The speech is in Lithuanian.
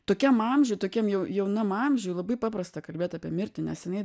tokiam amžiuj tokiam jau jaunam amžiuj labai paprasta kalbėt apie mirtį nes jinai